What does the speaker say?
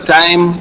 time